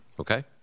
okay